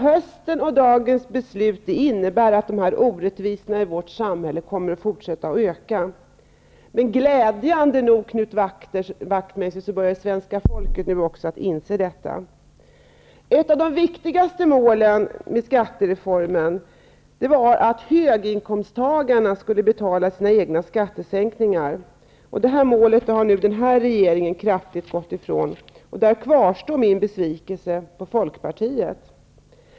Höstens och dagens beslut innebär att dessa orättvisor i vårt samhälle kommer att fortsätta att öka, men glädjande nog, Knut Wachtmeister, börjar svenska folket nu inse detta. Ett av de viktigaste målen med skattereformen var att höginkomsttagarna skulle betala sina egna skattesänkningar. Detta mål har nu den borgerliga regeringen i hög grad gått ifrån. I denna fråga kvarstår min besvikelse på Folkpartiet.